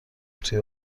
توی